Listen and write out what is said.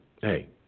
hey